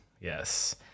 Yes